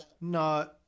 no